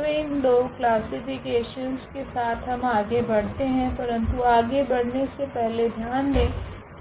तो इन दो क्लासिफिकेशन के साथ हम आगे बढ़ते है परंतु आगे बढ़ने से पहले ध्यान दे